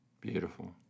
Beautiful